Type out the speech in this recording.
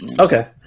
Okay